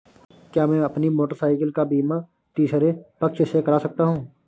क्या मैं अपनी मोटरसाइकिल का बीमा तीसरे पक्ष से करा सकता हूँ?